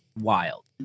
wild